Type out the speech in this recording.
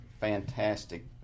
fantastic